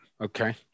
Okay